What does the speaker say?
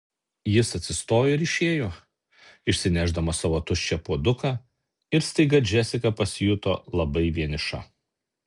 jis atsistojo ir išėjo išsinešdamas savo tuščią puoduką ir staiga džesika pasijuto labai vieniša